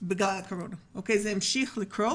בגלל הקורונה, אלא זה המשיך לקרות.